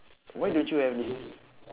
why don't you have this